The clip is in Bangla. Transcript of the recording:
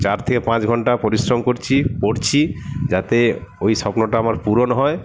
চার থেকে পাঁচ ঘন্টা পরিশ্রম করছি পড়ছি যাতে ওই স্বপ্নটা আমার পূরণ হয়